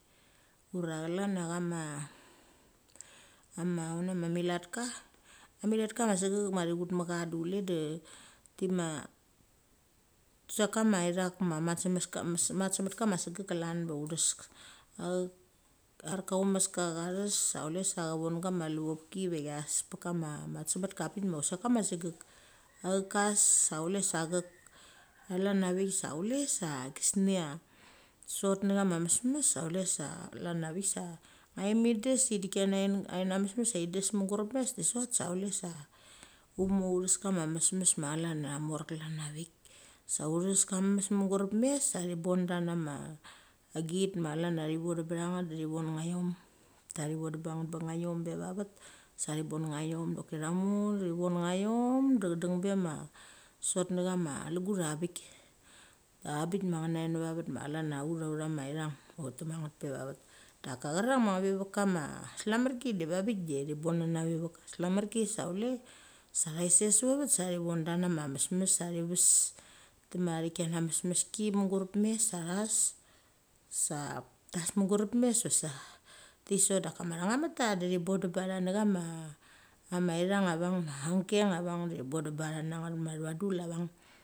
Ura chlan chama auna ma meletka, meletka ma segek ma thiut mecha de chule tima kusek kama ithak matse manaska ma segek klan eraka athusmeska chathes sa chule sa cha von ga ma levep ki de ve chas pet kama matse met kama matse metka pik ma usek kama segek. Achek kas sa chule sa achek chalan a vik sa chule gisnecha sot ne chama mesmes sa chule sa chlan a vik sa neuam ides ideki necha necha mesmes ides mugurep mes de sot sa chule sa utmo utnes kama mesmes ma chlan cha mor klan a vik sa utes ka mesmes mugurep mes sa ithi banga nema agit ma chlan cha thi bondem betha nget de thi vonechaum pe va vet sa thi bon nechaum de choki thamo thi vonnachaum deng be ma sot nechama lugut a bik. Abik ma na nget na ve va vet ma chlan cha ut aucha ithang ma ut thi tek ma nget pe va vet. Daka cherang ma neve va kama slamarki de veng bek thi bonana ve vet slamarki saule sa ngia thet save sa va vet sa thi vongda nama mesmes sa thi ves tima chi kina na mesmeski mugurep mes sa thas sati sot da kama thangnametta di thi bondem betha tha nechama ane keng a veng de thi bondem betha tha nget ma atha va dul a veng.